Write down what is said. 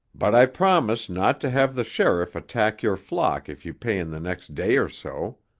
but i promise not to have the sheriff attach your flock if you pay in the next day or so.